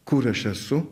kur aš esu